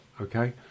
okay